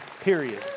period